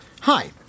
Hi